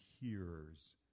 hearers